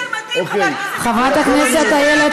לא עניין של מתאים, חבר הכנסת ביטן.